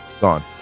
gone